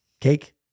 cake